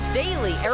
daily